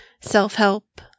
self-help